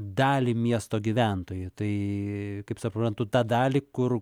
dalį miesto gyventojų tai kaip suprantu tą dalį kur